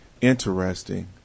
interesting